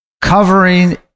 covering